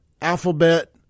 alphabet